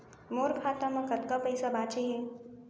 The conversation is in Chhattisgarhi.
मोर खाता मा कतका पइसा बांचे हे?